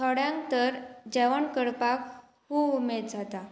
थोड्यांक तर जेवण करपाक खूब उमेद जाता